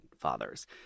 fathers